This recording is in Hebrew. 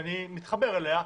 שאני מתחבר אליה,